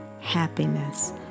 happiness